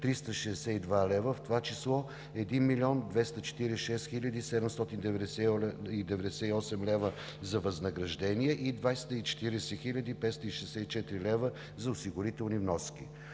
362 лв., в това число 1 млн. 246 хил. 798 лв. за възнаграждения и 240 564 лв. за осигурителни вноски.